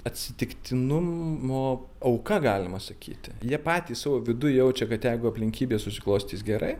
atsitiktinumo auka galima sakyti jie patys savo viduj jaučia kad jeigu aplinkybės susiklostys gerai